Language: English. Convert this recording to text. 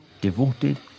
devoted